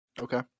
Okay